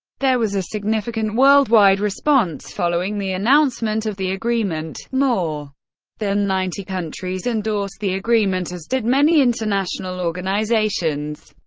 there was a significant worldwide response following the announcement of the agreement more than ninety countries endorsed the agreement, as did many international organizations.